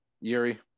Yuri